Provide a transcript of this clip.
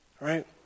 right